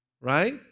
right